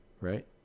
right